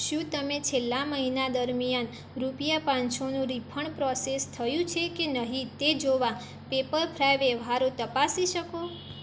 શું તમે છેલ્લા મહિના દરમિયાન રૂપિયા પાંચસોનું રીફંડ પ્રોસેસ થયું છે કે નહીં તે જોવા પેપરફ્રાય વ્યવહારો તપાસી શકો